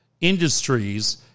industries